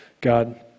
God